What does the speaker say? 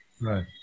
Right